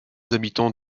habitants